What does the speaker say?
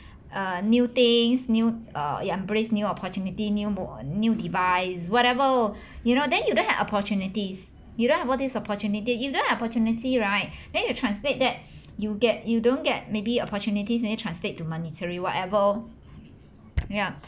uh new things new err you embrace new opportunity newborn new device whatever you know then you don't have opportunities you don't have all this opportunity you don't have opportunity right then you translate that you'll get you don't get maybe opportunities maybe translate to monetary whatever ya